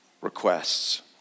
requests